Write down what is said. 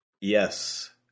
Yes